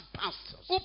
pastors